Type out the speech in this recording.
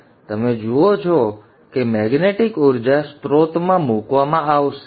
તેથી તમે જુઓ છો કે મૈગ્નેટિક ઊર્જા સ્રોતમાં મૂકવામાં આવશે